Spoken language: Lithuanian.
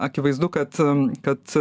akivaizdu kad kad